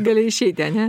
gali išeiti ane